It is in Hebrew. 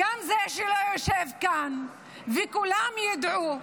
גם זה שלא יושב כאן, ושכולם ידעו,